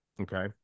Okay